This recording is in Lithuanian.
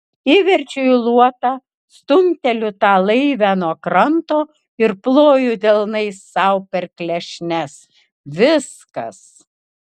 įverčiu į luotą stumteliu tą laivę nuo kranto ir ploju delnais sau per klešnes viskas